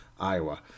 Iowa